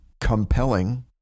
compelling